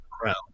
crowd